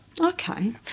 Okay